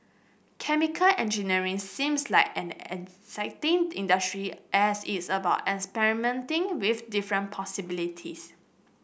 chemical engineering seems like and an exciting industry as it's about experimenting with different possibilities